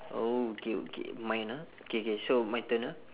oh okay okay mine ah K K so my turn ah